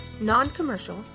non-commercial